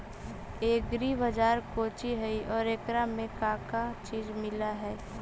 Agri बाजार कोची हई और एकरा में का का चीज मिलै हई?